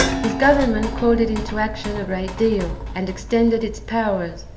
his government called it into action a great deal, and extended its powers,